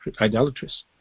idolatrous